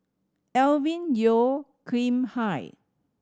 Alvin Yeo Khirn Hai